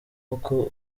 uko